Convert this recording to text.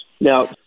Now